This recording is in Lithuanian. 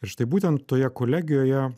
ir štai būtent toje kolegijoje